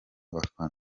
bafana